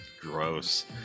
gross